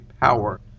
power